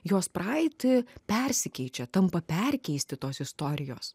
jos praeitį persikeičia tampa perkeisti tos istorijos